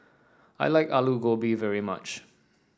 I like Alu Gobi very much